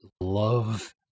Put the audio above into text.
love